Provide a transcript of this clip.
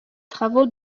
travaux